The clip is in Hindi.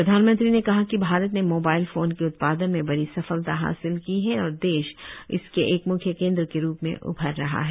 प्रधानमंत्री ने कहा कि भारत ने मोबाइल फोन के उत्पादन में बडी सफलता हासिल की है और देश इसके एक मुख्य केन्द्र के रूप में उभर रहा है